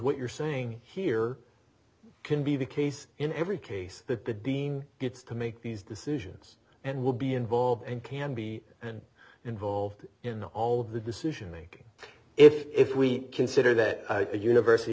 what you're saying here can be the case in every case that the dean gets to make these decisions and will be involved and can be involved in all of the decision making if we consider that a university